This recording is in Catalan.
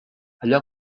allò